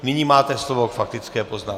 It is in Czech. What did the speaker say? Nyní máte slovo k faktické poznámce.